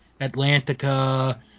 atlantica